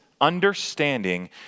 understanding